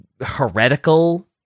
heretical